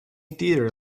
theatre